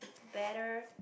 better